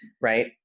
right